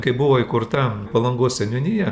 kai buvo įkurta palangos seniūnija